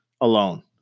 alone